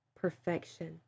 perfection